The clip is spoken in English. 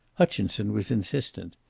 hutchinson was insistent.